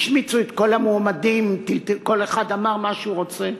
השמיצו את כל המועמדים, כל אחד אמר מה שהוא רוצה,